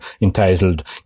entitled